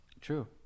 True